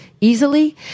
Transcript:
easily